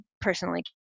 personally